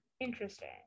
Interesting